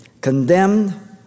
condemned